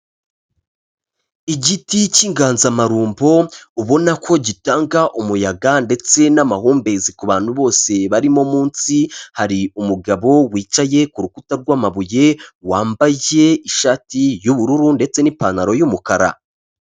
Igiti cy'inganzamarumbo ubona ko gitanga umuyaga ndetse n'amahumbezi ku bantu bose barimo, munsi hari umugabo wicaye ku rukuta rw'amabuye wambaye ishati y'ubururu ndetse n'ipantaro y'umukara.